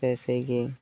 fresh ହେଇକି